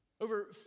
over